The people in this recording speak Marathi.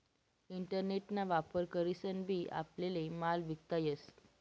इंटरनेट ना वापर करीसन बी आपल्याले माल विकता येस